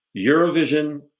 Eurovision